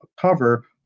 cover